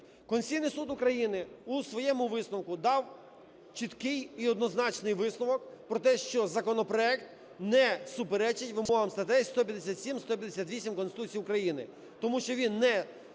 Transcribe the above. Конституційний Суд України у своєму висновку дав чіткий і однозначний висновок про те, що законопроект не суперечить вимогам статей 157, 158 Конституції України, тому що він не стосується